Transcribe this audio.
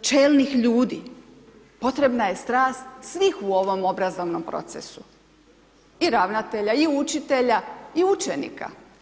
čelnih ljudi, potrebna je strast svih u ovom obrazovnom procesu, i ravnatelja, i učitelja, i učenika.